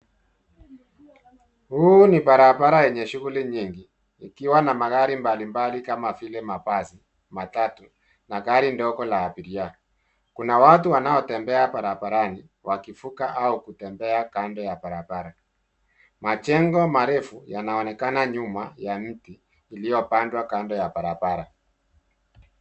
Huu ni barabara yenye shughuli nyingi, ikiwa na magari mbalimbali kama vile mabasi, matatu na gari ndogo la abiria. Kuna watu wanaotembea barabarani wakivuka au kutembea kando ya barabara. Majengo marefu yanaonekana nyuma ya miti iliyopandwa kando ya barabara.